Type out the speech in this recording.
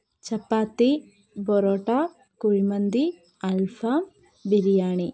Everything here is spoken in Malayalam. ചപ്പാത്തി പൊറോട്ട കുഴിമന്തി അൽഫാം ബിരിയാണി